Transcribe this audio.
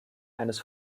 eines